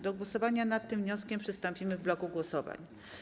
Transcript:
Do głosowania nad tym wnioskiem przystąpimy w bloku głosowań.